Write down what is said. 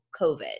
COVID